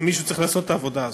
מישהו צריך לעשות את העבודה הזאת.